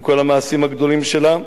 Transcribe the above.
עם כל המעשים הגדולים שלה,